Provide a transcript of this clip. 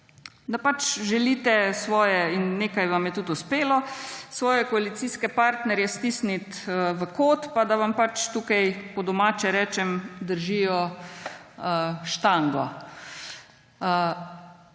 da pač želite svoje – in nekaj vam je tudi uspelo – svoje koalicijske partnerje stisniti v kot, da vam pač tukaj, po domače rečem, držijo štango.